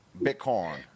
Bitcoin